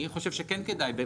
אני חושב שכן כדאי,